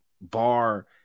bar